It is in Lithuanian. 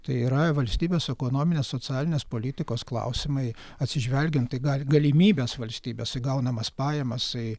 tai yra valstybės ekonominės socialinės politikos klausimai atsižvelgiant į gali galimybes valstybės į gaunamas pajamas į